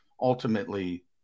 ultimately